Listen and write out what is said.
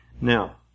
Now